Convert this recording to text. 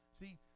See